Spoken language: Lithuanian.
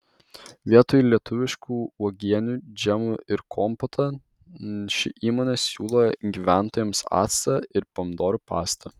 vietoj lietuviškų uogienių džemų ir kompotą ši įmonė siūlo gyventojams actą ir pomidorų pastą